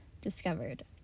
discovered